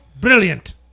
brilliant